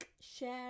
share